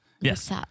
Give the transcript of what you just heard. Yes